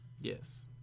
Yes